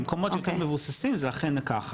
במקומות יותר מבוססים זה אכן ככה.